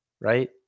right